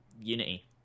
Unity